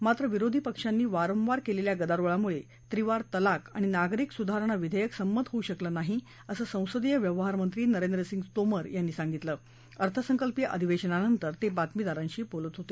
मात्र विरोधी पक्षांनी वारंवार केलेल्या गदारोळामुळे त्रिवार तलाक आणि नागरिक सुधारणा विधेयक संमत होऊ शकलं नाही असं संसदीय व्यवहार मंत्री नरेंद्र सिंग तोमर यांनी सांगितलं अर्थसंकल्पीय अधिवेशनानंतर ते बातमीदारांशी बोलत होते